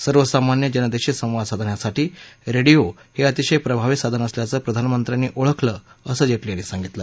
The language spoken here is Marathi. सर्वसामान्य जनतेशी संवाद साधण्यासाठी रेडियो हे अतिशय प्रभावी साधन असल्याचं प्रधानमंत्र्यांनी ओळखलं असं जे जी यांनी सांगितलं